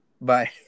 Bye